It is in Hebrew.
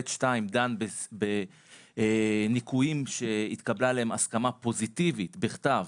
סעיף (ב)(2) דן בניכויים שהתקבלה עליהם הסכמה פוזיטיבית בכתב